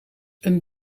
een